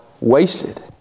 wasted